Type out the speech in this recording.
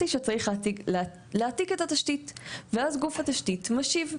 שצריך להעתיק את התשתית.״ ואז גוף התשתית משיב.